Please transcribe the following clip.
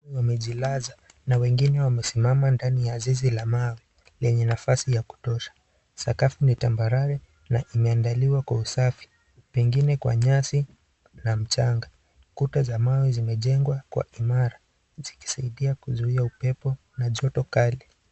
Wamejilaza na wengine wamesimama ndani ya zizi la mawe lenye nafasi ya kutosha . Sakafu ni tambarare na imeandaliwa Kwa usafi pengine Kwa nyasi na mjanga, kuta za mawe zimejengwa imara zikisaidia kuzuia upepo na joto kali.